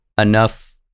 enough